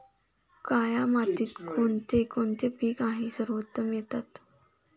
काया मातीत कोणते कोणते पीक आहे सर्वोत्तम येतात?